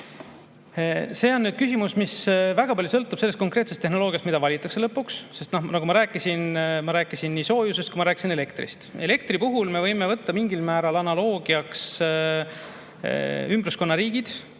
See on küsimus, mis väga palju sõltub sellest konkreetsest tehnoloogiast, mis valitakse lõpuks, nagu ma rääkisin. Ma rääkisin nii soojusest kui ka elektrist. Elektri puhul me võime võtta mingil määral analoogiaks ümbruskonna riigid.